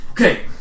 Okay